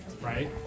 right